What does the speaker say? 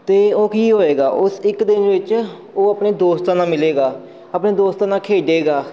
ਤਾਂ ਉਹ ਕੀ ਹੋਏਗਾ ਉਸ ਇੱਕ ਦਿਨ ਵਿੱਚ ਉਹ ਆਪਣੇ ਦੋਸਤਾਂ ਨਾਲ ਮਿਲੇਗਾ ਆਪਣੇ ਦੋਸਤਾਂ ਨਾਲ ਖੇਡੇਗਾ